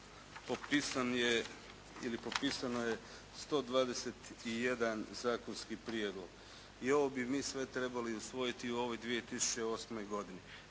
popisano je 121 zakonski prijedlog i ovo bi mi sve trebali usvojiti u ovoj 2008. godini.